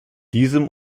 diesem